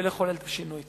ולחולל את השינוי.